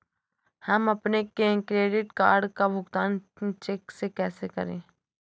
हम अपने credit card का भुगतान चेक से कैसे करें?